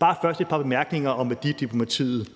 og værdidiplomati, og først et par bemærkninger om værdidiplomatiet.